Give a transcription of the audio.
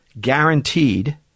guaranteed